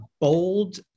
bold